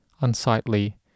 unsightly